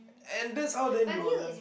and that's how then you will learn